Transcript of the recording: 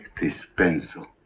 this pencil,